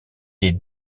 est